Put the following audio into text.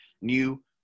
new